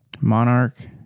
Monarch